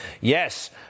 Yes